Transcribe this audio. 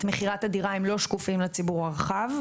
מכירת הדירה הם לא שקופים לציבור הרחב,